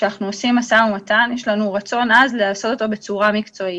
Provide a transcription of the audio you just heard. כשאנחנו עושים משא ומתן יש לנו רצון עז לעשות אותו בצורה מקצועית.